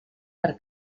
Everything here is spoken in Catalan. per